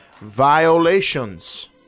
violations